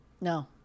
No